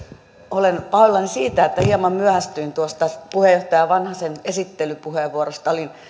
olen pahoillani siitä että hieman myöhästyin tuosta puheenjohtaja vanhasen esittelypuheenvuorosta olin